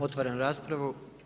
Otvaram raspravu.